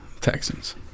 Texans